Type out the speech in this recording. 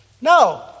No